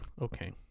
Okay